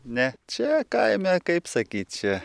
ne čia kaime kaip sakyt čia